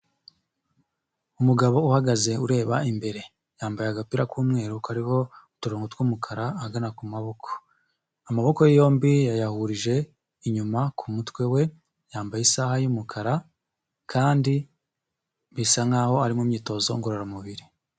Umugabo uhagaze ureba imbere, yambaye agapira k'umweru kaho uturu tw'umukara hagana ku maboko, amaboko ye yombi yayahurije inyuma ku mutwe we, yambaye isaha y'umukara, kandi bisa nk'aho ari mu myitozo ngororamubiri.